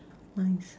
mines